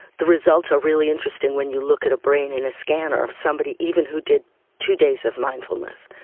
the results are really interesting when you look at a brain in a scanner of somebody even who did two days of mindfulness.